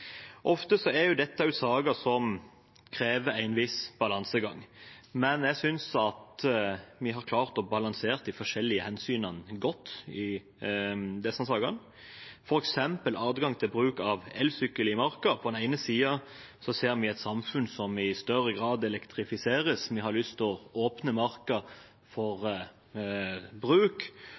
er dette også saker som krever en viss balansegang. Jeg synes vi har klart å balansere de forskjellige hensynene godt i disse sakene – f.eks. adgang til bruk av elsykkel i marka. På den ene siden ser vi et samfunn som i større grad elektrifiseres, og vi har lyst til å åpne marka for bruk.